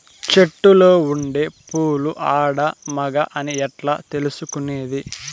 చెట్టులో ఉండే పూలు ఆడ, మగ అని ఎట్లా తెలుసుకునేది?